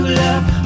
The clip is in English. love